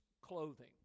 clothing